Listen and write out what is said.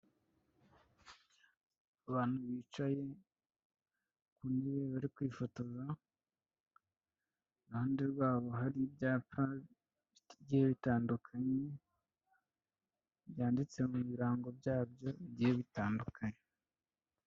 Abantu bicaye ku ntebe bari kwifotoza, iruhande rwabo hari ibyapa bigiye bitandukanye, byanditse mu birango byabyo bigiye bitandukanye.